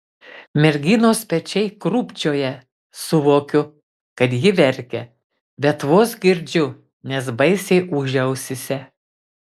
merginos pečiai krūpčioja suvokiu kad ji verkia bet vos girdžiu nes baisiai ūžia ausyse